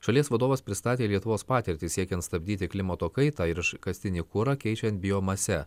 šalies vadovas pristatė lietuvos patirtį siekiant stabdyti klimato kaitą ir iškastinį kurą keičiant biomase